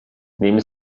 neben